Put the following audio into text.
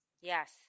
Yes